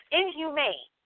inhumane